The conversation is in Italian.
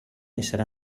essere